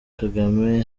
kagame